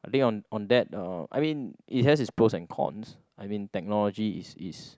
I think on on that uh I mean it has it's pros and cons I mean technology is is